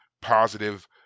positive